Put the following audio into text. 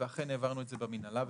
ואכן העברנו את זה במינהלה ובמועצה,